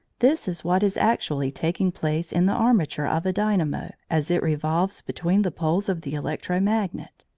this is what is actually taking place in the armature of a dynamo as it revolves between the poles of the electro-magnet.